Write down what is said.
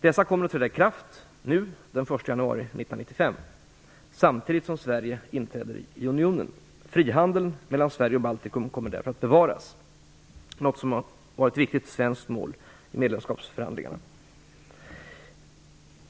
Dessa kommer att träda i kraft den 1 januari 1995, samtidigt som Sverige inträder i unionen. Frihandeln mellan Sverige och Baltikum kommer därför att bevaras, något som var ett viktigt svenskt mål i medlemskapsförhandlingarna.